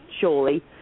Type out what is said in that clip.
surely